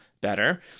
better